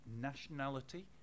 nationality